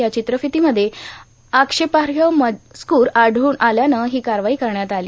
या र्चर्त्राफतीमध्ये आक्षेपार्ह मजकूर आढळून आल्यानं ही कारवाई करण्यात आली